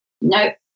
Nope